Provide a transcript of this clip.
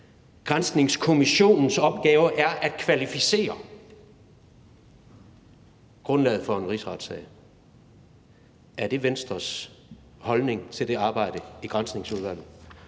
granskningskommissionens opgave er at kvalificere grundlaget for en rigsretssag. Er det Venstres holdning til arbejdet i Granskningsudvalget?